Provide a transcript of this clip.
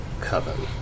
coven